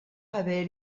haver